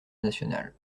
nationale